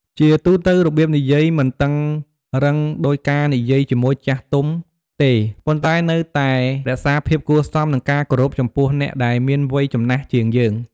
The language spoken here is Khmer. ជាទូទៅ របៀបនិយាយមិនតឹងរឹងដូចការនិយាយជាមួយចាស់ទុំទេ ប៉ុន្តែនៅតែរក្សាភាពគួរសម និងការគោរពចំពោះអ្នកដែលមានវ័យចំណាស់ជាងយើង។